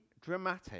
dramatic